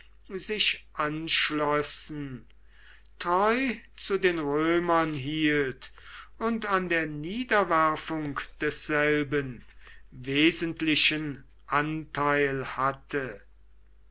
sich anschlossen treu zu den römern hielt und an der niederwerfung desselben wesentlichen anteil hatte